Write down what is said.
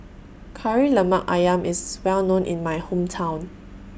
Kari Lemak Ayam IS Well known in My Hometown